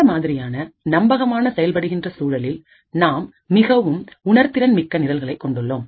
இந்த மாதிரியான நம்பகமான செயல்படுகின்ற சூழலில் நாம் மிகவும் உணர்திறன் மிக்க நிரல்களை கொண்டுள்ளோம்